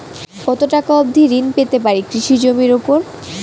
কত টাকা অবধি ঋণ পেতে পারি কৃষি জমির উপর?